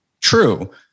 True